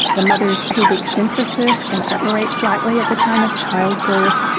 the mother's pubic symphysis can separate slightly at the time of childbirth.